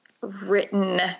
written